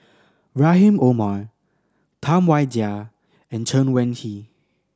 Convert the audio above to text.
Rahim Omar Tam Wai Jia and Chen Wen Hsi